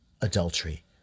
adultery